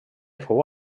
fou